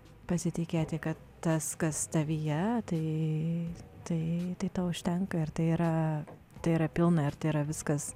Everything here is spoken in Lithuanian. pasitikėti kad tas kas tavyje tai tai t užtenka ir tai yra tai yra pilna ir tai yra viskas